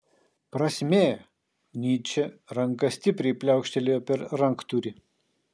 prasmė nyčė ranka stipriai pliaukštelėjo per ranktūrį